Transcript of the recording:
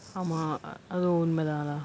ஆமா அது உண்மதான்:aamaa athu unmathaan lah